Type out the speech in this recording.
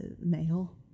male